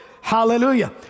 hallelujah